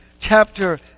Chapter